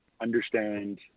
Understand